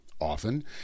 Often